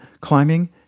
climbing